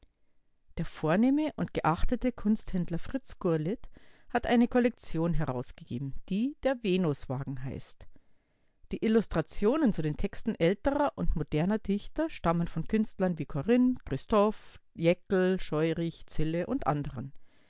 der vornehme und geachtete kunsthändler fritz gurlitt hat eine kollektion herausgegeben die der venuswagen heißt die illustrationen zu den texten älterer und moderner dichter stammen von künstlern wie corinth christophe jäckel scheurich zille u a